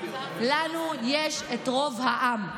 לנו יש את רוב העם.